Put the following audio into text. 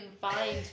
find